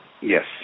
Yes